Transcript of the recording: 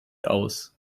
aus